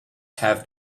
have